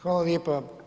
Hvala lijepa.